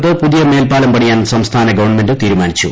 പാലാരിവട്ടത്ത് പുതിയ മേൽപ്പാലം പണിയാൻ സംസ്ഥാന ഗവൺമെന്റ് തീരുമാനിച്ചു